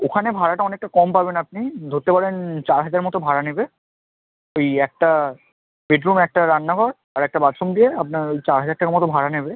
ওখানে ভাড়াটা অনেকটা কম পাবেন আপনি ধরতে পারেন চার হাজার মতো ভাড়া নেবে এই একটা বেডরুম একটা রান্নাঘর আর একটা বাথরুম দিয়ে আপনার ওই চার হাজার টাকা মতো ভাড়া নেবে